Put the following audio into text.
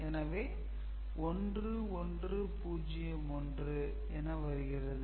எனவே 1 1 0 1 என வருகிறது